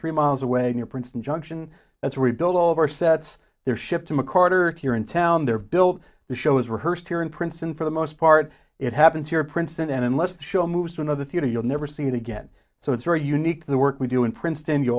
three miles away in your princeton junction that's rebuilt all of our sets they're shipped to macarthur here in town they're built the show is rehearsed here in princeton for the most part it happens here at princeton and unless the show moves to another theatre you'll never see it again so it's very unique the work we do in princeton you